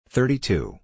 Thirty-two